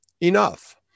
enough